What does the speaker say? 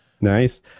nice